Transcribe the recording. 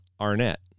Arnett